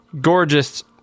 gorgeous